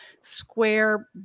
square